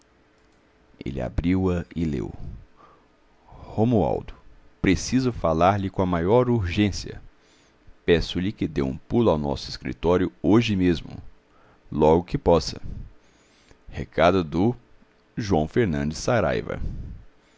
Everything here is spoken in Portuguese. ele abriu-a e leu romualdo preciso falar-lhe com a maior urgência peço-lhe que dê um pulo ao nosso escritório hoje mesmo logo que possa recado do joão fernandes saraiva